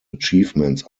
achievements